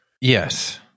Yes